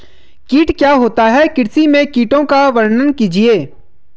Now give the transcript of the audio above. कीट क्या होता है कृषि में कीटों का वर्णन कीजिए?